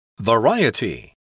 Variety